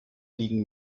liegen